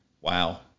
Wow